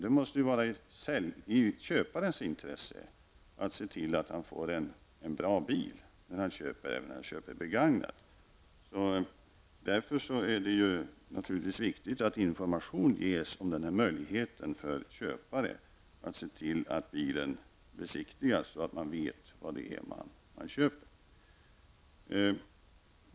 Det måste ju vara i köparens intresse att se till att han får en bra bil även när han köper begagnat. Därför är det naturligtvis viktigt att information ges om denna möjlighet för köpare att se till att bilen besiktigas, så att man vet vad det är man köper.